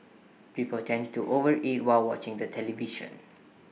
people tend to overeat while watching the television